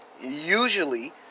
usually